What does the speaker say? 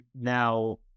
now